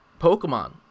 pokemon